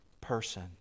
person